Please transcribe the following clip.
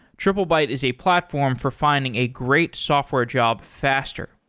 triplebyte is a platform for finding a great software job faster.